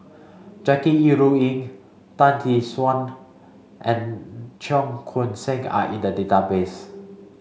Jackie Yi Ru Ying Tan Tee Suan and Cheong Koon Seng are in the database